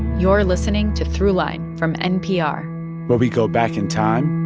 you're listening to throughline from npr where we go back in time.